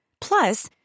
Plus